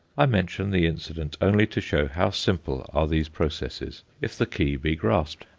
i mention the incident only to show how simple are these processes if the key be grasped.